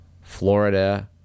Florida